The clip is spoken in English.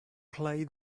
play